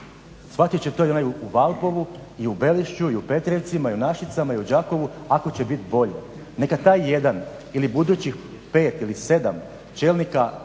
Shvatiti će to i onaj u Valpovu i u Belišću i u Petrinji i u Našicama i u Đakovu, ako će biti bolje. Neka taj jedan ili budućih 5 ili 7 čelnika